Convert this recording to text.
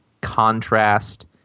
contrast